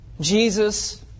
Jesus